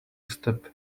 step